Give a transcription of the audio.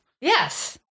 Yes